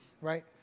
right